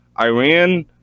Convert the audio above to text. iran